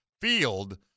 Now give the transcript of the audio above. Field